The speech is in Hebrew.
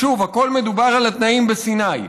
שוב, הכול מדובר על התנאים בסיני.